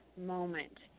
moment